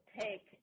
take